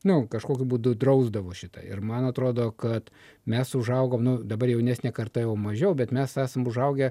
nu kažkokiu būdu drausdavo šitą ir man atrodo kad mes užaugom nu dabar jaunesnė karta jau mažiau bet mes esam užaugę